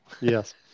Yes